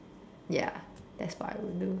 ya that's what I would do